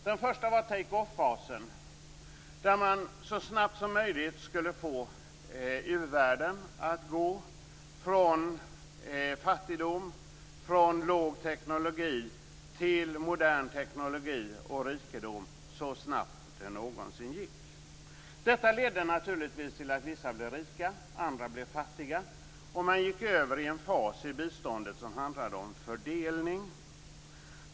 Den första var take-off-fasen, där man så snabbt som möjligt skulle få u-världen att gå från fattigdom och lågteknologi till rikedom och modern teknologi så snabbt det någonsin gick. Detta ledde naturligtvis till att vissa blev rika och andra blev fattiga, och man gick över i en fas i biståndet som handlade om fördelning.